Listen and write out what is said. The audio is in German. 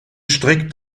strick